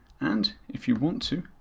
and if you want to,